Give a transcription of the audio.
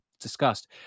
discussed